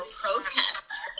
protests